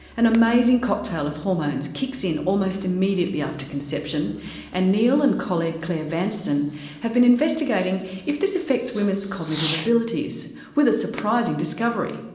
an amazing cocktail of hormones kicks in almost immediately after conception and neil and colleague claire vanston have been investigating if this affects women's cognitive abilities, with a surprising discovery.